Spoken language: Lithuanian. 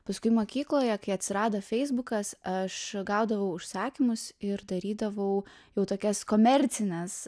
paskui mokykloje kai atsirado feisbukas aš gaudavau užsakymus ir darydavau jau tokias komercines